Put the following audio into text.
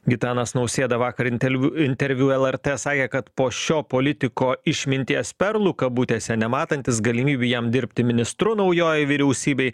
gitanas nausėda vakar intelv interviu lrt sakė kad po šio politiko išminties perlų kabutėse nematantis galimybių jam dirbti ministru naujoj vyriausybėj